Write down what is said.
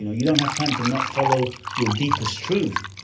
you don't have time to not follow your deepest truth,